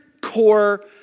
core